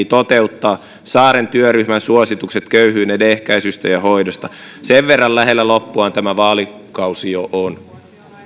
toteuttaa saaren työryhmän suositukset köyhyyden ehkäisystä ja hoidosta sen verran lähellä loppuaan tämä vaalikausi jo on